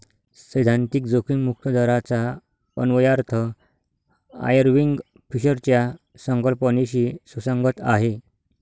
सैद्धांतिक जोखीम मुक्त दराचा अन्वयार्थ आयर्विंग फिशरच्या संकल्पनेशी सुसंगत आहे